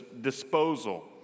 disposal